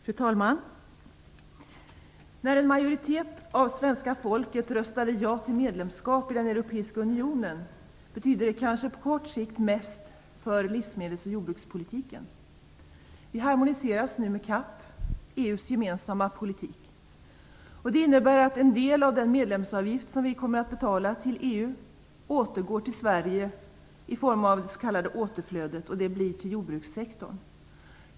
Fru talman! När en majoritet av svenska folket röstade ja till medlemskap i den Europeiska unionen, betydde det kanske på kort sikt mest för livsmedelsoch jordbrukspolitiken. Vi harmoniseras nu med CAP, EU:s jordbrukspolitik. Det innebär att en del av den medlemsavgift som vi kommer att betala till EU återgår till Sverige i form av det s.k. återflödet, och det blir till jordbrukssektorn.